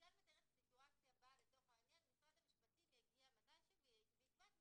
מתאר סיטואציה בה משרד המשפטים יגיע מתי שהוא ויקבע את